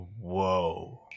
Whoa